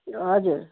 हजुर